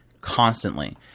constantly